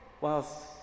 whilst